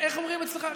איך אומרים אצלך?